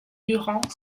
durand